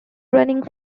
running